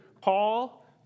Paul